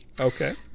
okay